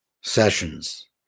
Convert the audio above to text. sessions